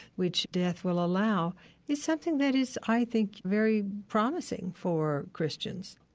which death will allow is something that is, i think, very promising for christians.